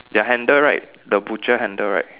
the handle right the butcher handle right